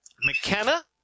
McKenna